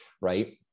right